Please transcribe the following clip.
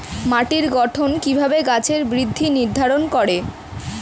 মাটির গঠন কিভাবে গাছের বৃদ্ধি নির্ধারণ করে?